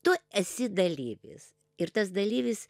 tu esi dalyvis ir tas dalyvis